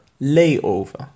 layover